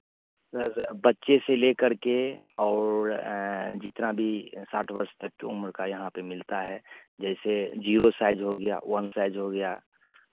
sir बच्चे से लेकर के और जितना भी साठ वर्ष तक की उम्र का यहाँ पर मिलता है जैसे ज़ीरो साइज हो गया वन साइज हो गया